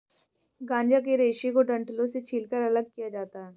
गांजा के रेशे को डंठलों से छीलकर अलग किया जाता है